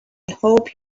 hope